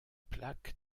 plaques